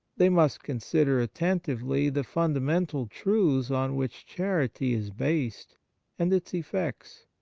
they must consider attentively the fundamental truths on which chanty is based and its effects,